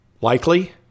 likely